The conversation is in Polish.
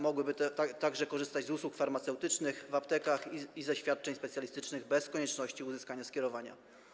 Mogłyby także korzystać z usług farmaceutycznych w aptekach i ze świadczeń specjalistycznych bez konieczności uzyskania skierowania.